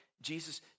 Jesus